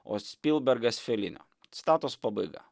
o spilbergas felinio citatos pabaiga